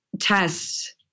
tests